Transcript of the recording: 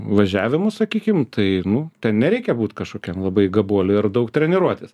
važiavimu sakykim tai nu ten nereikia būt kažkokiam labai gabuoliui ar daug treniruotis